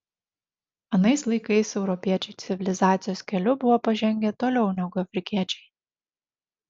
anais laikais europiečiai civilizacijos keliu buvo pažengę toliau negu afrikiečiai